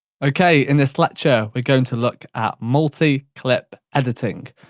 okay, in this lecture we're going to look at multi-clip editing.